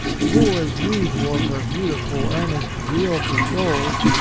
full as usual of her beautiful, earnest zeal for souls,